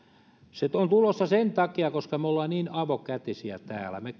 se on tulossa sen takia koska me olemme niin avokätisiä täällä me